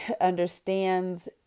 understands